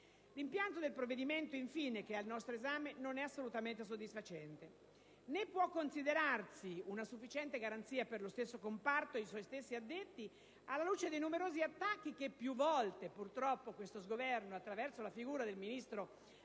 L'impianto del provvedimento al nostro esame, infine, non è assolutamente soddisfacente, né può considerarsi una sufficiente garanzia per lo stesso comparto e i suoi addetti, alla luce dei numerosi attacchi che più volte purtroppo questo Governo, attraverso la figura del Ministro